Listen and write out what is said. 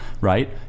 Right